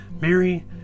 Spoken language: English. Mary